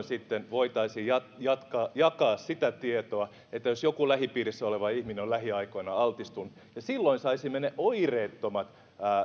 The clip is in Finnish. sitten voitaisiin jakaa sitä tietoa jos joku lähipiirissä oleva ihminen on lähiaikoina altistunut ja silloin saisimme ne oireettomat